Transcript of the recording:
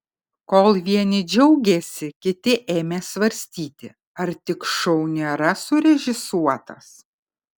kol vieni džiaugėsi kiti ėmė svarstyti ar tik šou nėra surežisuotas